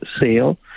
sale